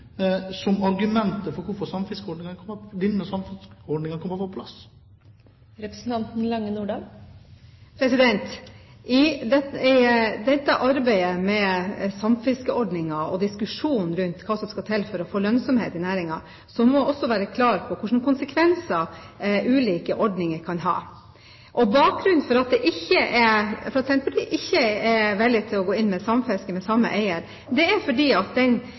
som argument for at samfiskeordningen bør komme på plass? I arbeidet med samfiskeordningen og diskusjonen rundt hva som skal til for å få lønnsomhet i næringen, må en også være klar på hva slags konsekvenser ulike ordninger kan ha. Bakgrunnen for at Senterpartiet ikke er villig til å gå inn for samfiske for samme eier, er at samfiskeordningen da vil ha likhetstrekk med den